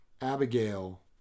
Abigail